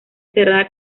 cerrada